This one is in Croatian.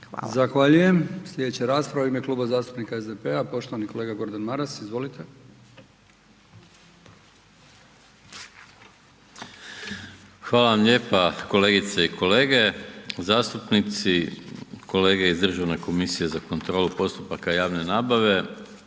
Zahvaljujem. Slijedeća rasprava u ime Kluba zastupnika SDP-a poštovani kolega Gordan Maras, izvolite. **Maras, Gordan (SDP)** Hvala vam lijepa kolegice i kolege zastupnici, kolege iz Državne komisije za kontrolu postupaka javne nabave,